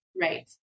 Right